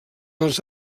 els